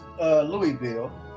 Louisville